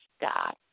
God